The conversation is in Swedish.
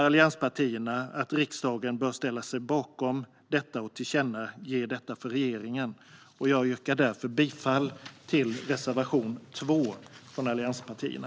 Allianspartierna menar att riksdagen bör ställa sig bakom detta och tillkännage detta för regeringen. Jag yrkar därför bifall till reservation 2 från allianspartierna.